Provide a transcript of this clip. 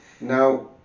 Now